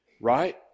right